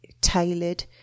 tailored